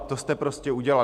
To jste prostě udělali!